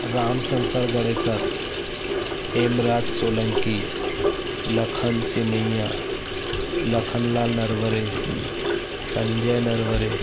Ramshankar Gadekar Hemraj Solanki Lakhan Semaiya Lakhan Lal Narware Sanjay Narware